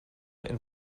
and